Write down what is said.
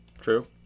true